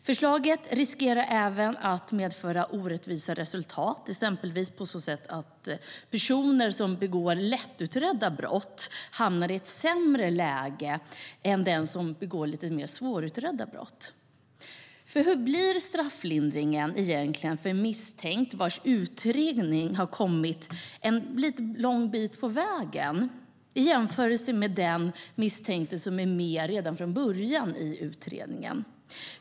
Förslaget riskerar även att medföra orättvisa resultat exempelvis på så sätt att personer som begår lättutredda brott hamnar i ett sämre läge än de som begår lite mer svårutredda brott. För hur blir strafflindringen egentligen för en misstänkt vars utredning har kommit en lång bit på vägen, i jämförelse med den misstänkte som är med redan från början i utredningen?